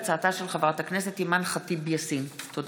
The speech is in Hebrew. תודה.